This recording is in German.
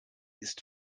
ist